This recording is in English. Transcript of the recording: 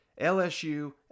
lsu